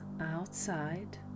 outside